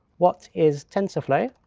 what is tensorflow,